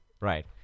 right